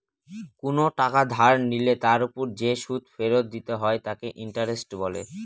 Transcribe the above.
কোন টাকা ধার নিলে তার ওপর যে সুদ ফেরত দিতে হয় তাকে ইন্টারেস্ট বলে